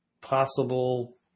possible